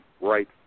right